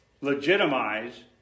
legitimize